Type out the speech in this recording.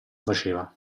faceva